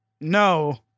no